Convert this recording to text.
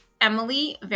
Emily